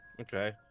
Okay